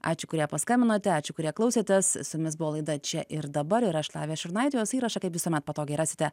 ačiū kurie paskambinote ačiū kurie klausėtės su jumis buvo laida čia ir dabar ir aš lavija šurnaitė jos įrašą kaip visuomet patogiai rasite